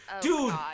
Dude